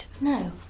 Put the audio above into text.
No